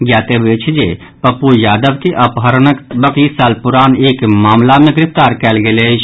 ज्ञातव्य अछि जे पप्पू यादव के अपहरणक बत्तीस साल पुरान एक मामिला मे गिरफ्तार कयल गेल अछि